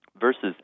versus